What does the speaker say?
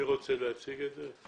מי רוצה להציג את זה?